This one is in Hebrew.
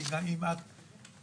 אדוני היושב-ראש,